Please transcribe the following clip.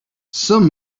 some